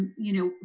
you know,